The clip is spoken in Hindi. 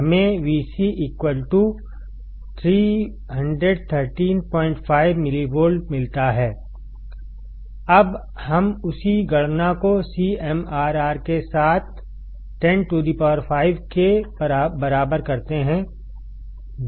हमें Vc 3135 मिलीवोल्टमिलता है अब हम उसी गणना को CMRR के साथ 105 केबराबर करते हैं